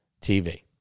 TV